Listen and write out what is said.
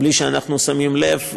בלי שאנחנו שמים לב,